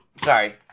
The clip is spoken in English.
Sorry